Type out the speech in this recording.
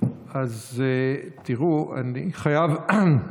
אז תראו, אני חייב,